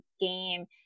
game